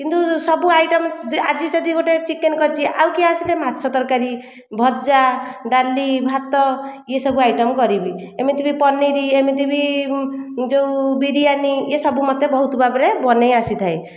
କିନ୍ତୁ ସବୁ ଆଇଟମ୍ ଆଜି ଯଦି ଗୋଟିଏ ଚିକେନ୍ କରିଛି ଆଉ କିଏ ଆସିଲେ ମାଛ ତରକାରୀ ଭଜା ଡାଲି ଭାତ ଏସବୁ ଆଇଟମ୍ କରିବି ଏମିତି ବି ପନିର ଏମିତି ବି ଯେଉଁ ବିରିୟାନୀ ଏସବୁ ମୋତେ ବହୁତ ଭାବରେ ବନେଇ ଆସିଥାଏ